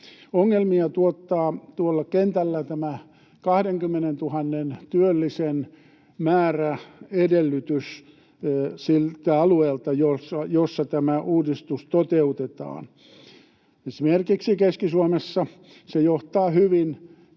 Ongelmia tuottaa tuolla kentällä tämä 20 000 työllisen määräedellytys siltä alueelta, jossa tämä uudistus toteutetaan. Esimerkiksi Keski-Suomessa se johtaa hyvin